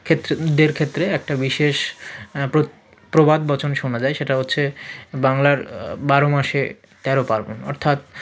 ক্ষেত্রে দের ক্ষেত্রে একটা বিশেষ প্রবাদবচন শোনা যায় সেটা হচ্ছে বাংলার বারো মাসে তেরো পার্বণ অর্থাৎ